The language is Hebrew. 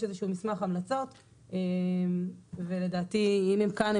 איזושהו מסמך המלצות ולדעתי אם הם כאן,